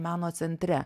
meno centre